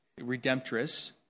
redemptress